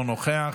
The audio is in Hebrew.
אינו נוכח,